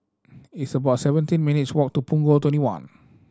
it's about seventeen minutes' walk to Punggol Twenty one